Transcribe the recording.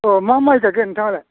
औ मा माइ गायगोन नोंथाङालाय